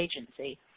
agency